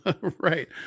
right